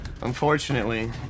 Unfortunately